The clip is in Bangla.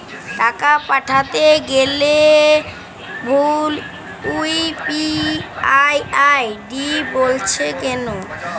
টাকা পাঠাতে গেলে ভুল ইউ.পি.আই আই.ডি বলছে কেনো?